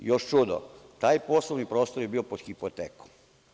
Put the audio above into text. Još čudo, taj poslovni prostor je bio pod hipotekom.